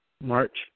March